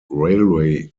railway